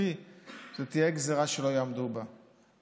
הנוכחי זו תהיה גזרה שלא יעמדו בה.